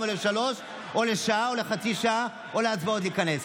או לשלוש או לשעה או לחצי שעה או להצבעות להיכנס.